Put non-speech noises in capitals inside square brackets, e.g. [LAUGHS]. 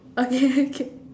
okay [LAUGHS] okay